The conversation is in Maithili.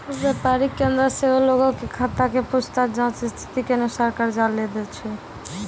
व्यापारिक केन्द्र सेहो लोगो के खाता के पूछताछ जांच स्थिति के अनुसार कर्जा लै दै छै